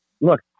look